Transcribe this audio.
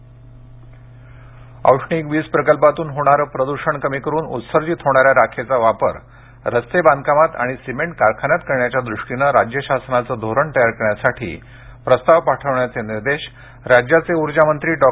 औष्णिक औष्णिक वीज प्रकल्पातून होणारं प्रदूषण कमी करून उत्सर्जित होणाऱ्या राखेचा वापर रस्ते बांधकामात आणि सिमेंट कारखान्यात करण्याच्या दृष्टीनं राज्य शासनाचं धोरण तयार करण्यासाठी प्रस्ताव पाठविण्याचे निर्देश राज्याचे ऊर्जामंत्री डॉ